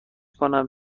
کنم